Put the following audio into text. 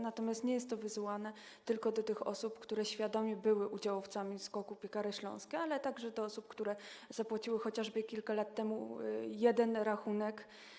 Natomiast nie jest to wysyłane tylko do tych osób, które świadomie były udziałowcami SKOK-u Piekary Śląskie, ale także do osób, które zapłaciły chociażby kilka lat temu jeden rachunek.